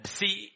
see